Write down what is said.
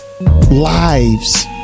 lives